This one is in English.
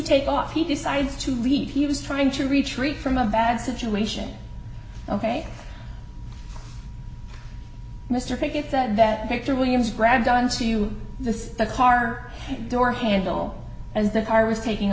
take off he decides to leave he was trying to retreat from a bad situation ok mr pickett said that picture williams grabbed onto this car door handle as the car was taking